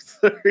Sorry